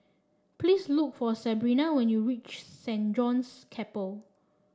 please look for Sebrina when you reach Saint John's Chapel